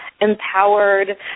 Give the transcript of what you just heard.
empowered